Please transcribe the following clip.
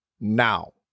now